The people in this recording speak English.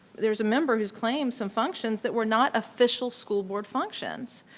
there's a member who's claimed some functions that were not official school board functions.